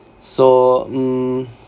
so um